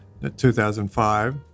2005